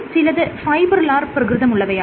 അതിൽ ചിലത് ഫൈബ്രിലാർ പ്രകൃതമുള്ളവയാണ്